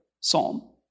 psalm